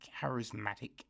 charismatic